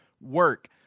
Work